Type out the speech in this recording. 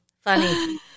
Funny